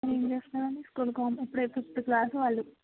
ఏమి చేస్తారు అండి స్కూల్కి పంపించక రేపు ఫిఫ్త్ క్లాస్ వాళ్ళు